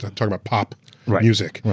talking about pop music.